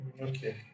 Okay